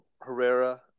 Herrera